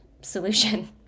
solution